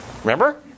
Remember